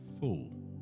full